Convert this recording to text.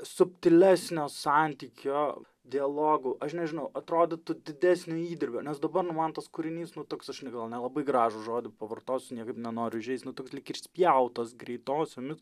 subtilesnio santykio dialogų aš nežinau atrodytų didesnio įdirbio nes dabar nu man tas kūrinys nu toks aš ne gal nelabai gražų žodį pavartosiu niekaip nenoriu įžeist nu toks lyg ir išspjautas greitosiomis